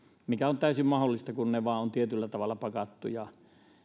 mikä on täysin mahdollista kun ne vain ovat tietyllä tavalla pakattuja